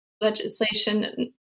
legislation